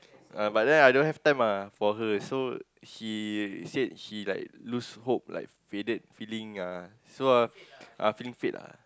uh but then I don't have time ah for this so he said he like lose hope like faded feeling ah so uh feeling fade ah